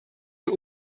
für